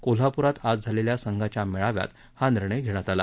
कोल्हापूरात आज झालेल्या संघाच्या मेळाव्यात हा निर्णय घेण्यात आला